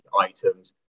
items